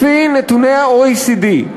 לפי נתוני ה-OECD,